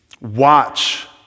Watch